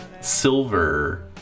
silver